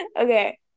Okay